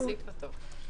להוסיף אותו.